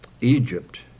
Egypt